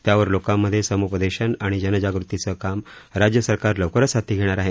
त्यावर लोकांमध्ये समुपदेशन आणि जनजागृतीचं काम राज्य सरकार लवकरच हाती घेणार आहे